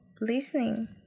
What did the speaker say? listening